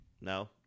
No